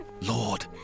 Lord